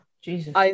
Jesus